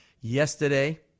yesterday